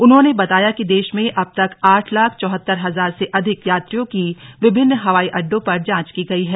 उन्होंने बताया कि देश में अब तक आठ लाख चौहत्तर हजार से अधिक यात्रियों की विभिन्न हवाईअड्डों पर जांच की गई है